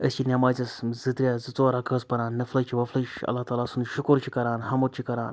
أسۍ چھِ نٮ۪مازَٮ۪س زٕ ترٛےٚ زٕ ژور رَقٲژ پَران نِفلٕچ وَفلٕچ اللہ تعالیٰ سُنٛد شُکُر چھِ کَران حَمُد چھِ کَران